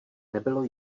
nebylo